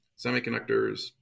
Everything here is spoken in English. semiconductors